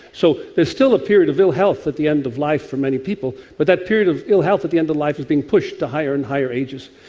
so there is still a period of ill health at the end of life for many people, but that period of ill health at the end of life has been pushed to higher and higher ages.